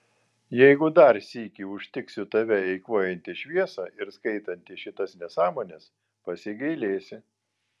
jeigu dar sykį užtiksiu tave eikvojantį šviesą ir skaitantį šitas nesąmones pasigailėsi